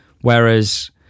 whereas